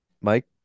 Mike